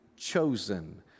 Chosen